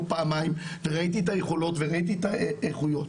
פעמיים וראיתי את היכולות וראיתי את האיכויות,